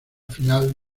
final